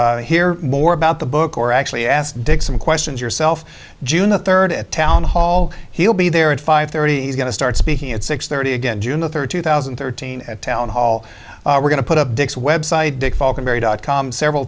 hear more about the book or actually asked dick some questions yourself june the third at town hall he'll be there at five thirty he's going to start speaking at six thirty again june the third two thousand and thirteen at town hall we're going to put up